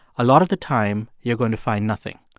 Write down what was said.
a lot of the time, you're going to find nothing.